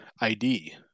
id